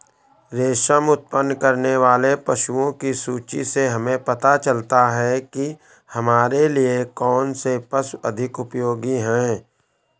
रेशम उत्पन्न करने वाले पशुओं की सूची से हमें पता चलता है कि हमारे लिए कौन से पशु अधिक उपयोगी हैं